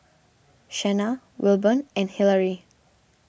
Shena Wilburn and Hillery